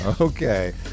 Okay